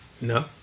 No